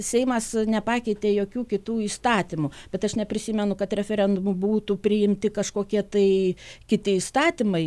seimas nepakeitė jokių kitų įstatymų bet aš neprisimenu kad referendumu būtų priimti kažkokie tai kiti įstatymai